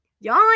Y'all